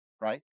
right